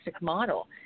model